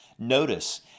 Notice